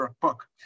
book